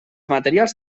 materials